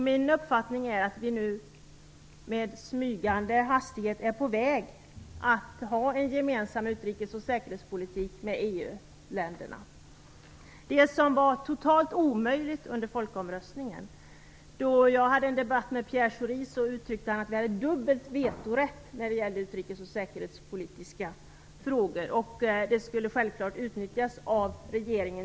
Min uppfattning är att vi nu med smygande hastighet är på väg att få en gemensam utrikes och säkerhetspolitik med EU-länderna - detta var en total omöjlighet under folkomröstningen. Då jag förde en debatt med Pierre Schori uttryckte han det som att vi hade dubbel vetorätt när det gällde utrikes och säkerhetspolitiska frågor. Det skulle självfallet utnyttjas av regeringen.